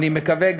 אני מקווה,